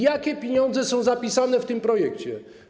Jakie pieniądze są zapisane w tym projekcie?